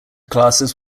classes